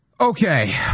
Okay